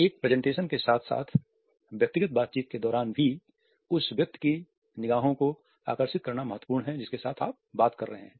एक प्रेजेंटेशन के साथ साथ व्यक्तिगत बातचीत के दौरान भी उस व्यक्ति की निगाहों को आकर्षित करना महत्वपूर्ण है जिसके साथ आप बात कर रहे हैं